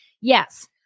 Yes